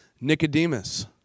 Nicodemus